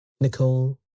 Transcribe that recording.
Nicole